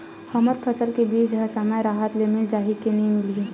हमर फसल के बीज ह समय राहत ले मिल जाही के नी मिलही?